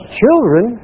children